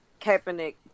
Kaepernick